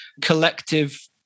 collective